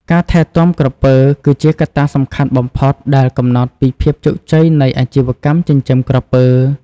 ការថែទាំក្រពើ គឺជាកត្តាសំខាន់បំផុតដែលកំណត់ពីភាពជោគជ័យនៃអាជីវកម្មចិញ្ចឹមក្រពើ។